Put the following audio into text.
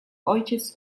ojciec